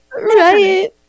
right